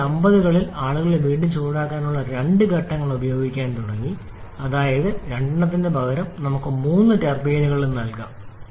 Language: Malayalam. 1950 കളിൽ ആളുകൾ വീണ്ടും ചൂടാക്കാനുള്ള രണ്ട് ഘട്ടങ്ങൾ ഉപയോഗിക്കാൻ തുടങ്ങി അതായത് രണ്ടെണ്ണത്തിനുപകരം നമുക്ക് മൂന്ന് ടർബൈനുകളും നൽകാം